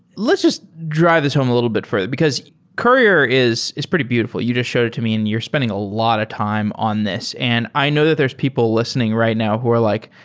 let's just drive this home a little bit further, because courier is is pretty beautiful. you just showed to me and you're spending a lot of time on this, and i know that there's people listening right now who are like,